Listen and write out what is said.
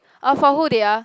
oh for who they are